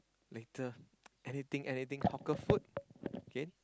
later anything anything hawker food okay